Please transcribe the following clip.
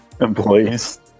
Employees